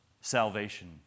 salvation